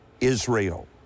Israel